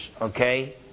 okay